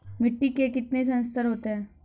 मिट्टी के कितने संस्तर होते हैं?